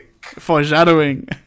Foreshadowing